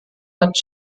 hat